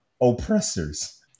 oppressors